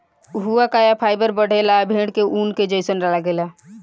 हुआकाया फाइबर बढ़ेला आ भेड़ के ऊन के जइसन लागेला